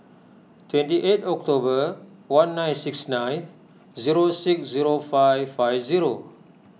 twenty eight October one nine six nine zero six zero five five zero